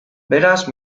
beraz